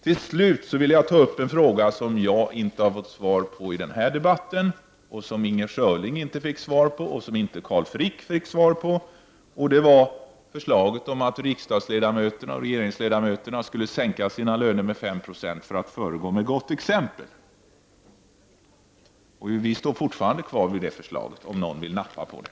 Till slut vill jag ta upp en fråga där jag inte har fått något besked, inte heller inzer Schörling eller Carl Frick. Det var förslaget att riksdagsledamöterna och regeringsledamöterna skulle sänka sina löner med 5 90 för att föregå med gott exempel. Vi står fortfarande fast vid detta förslag, om nu någon vill nappa på det.